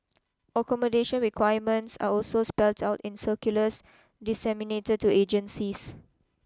accommodation requirements are also spelt out in circulars disseminated to agencies